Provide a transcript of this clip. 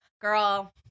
girl